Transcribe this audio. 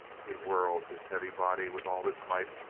he whirled his heavy body with all his might,